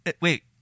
Wait